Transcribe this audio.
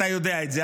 אתה יודע את זה,